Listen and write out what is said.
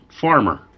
farmer